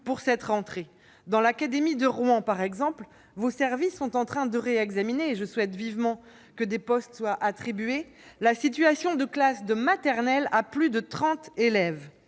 pour cette rentrée. Dans l'académie de Rouen, par exemple, vos services sont en train de réexaminer- je souhaite vivement que des postes soient attribués - la situation de classes de maternelle à plus de 30 élèves